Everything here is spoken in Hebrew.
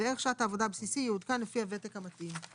וערך שעת העבודה הבסיסי יעודכן לפי הוותק המתאים.